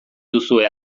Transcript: duzue